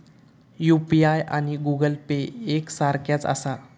UPI आणि Google Pay एक सारख्याच आसा?